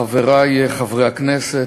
חברי חברי הכנסת,